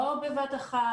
לא בבת אחת.